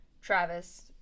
Travis